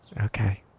Okay